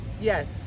yes